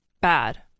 bad